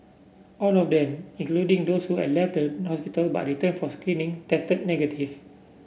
all of them including those who had left the hospital but returned for screening tested negative